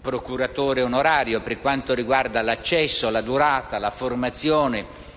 procuratore onorario) per quanto riguarda l'accesso, la durata, la formazione,